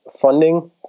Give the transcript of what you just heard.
funding